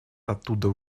оттуда